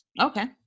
okay